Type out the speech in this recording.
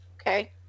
Okay